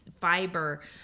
fiber